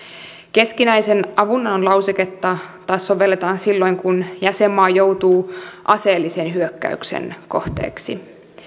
keskinäisen avunannon lauseketta taas sovelletaan silloin kun jäsenmaa joutuu aseellisen hyökkäyksen kohteeksi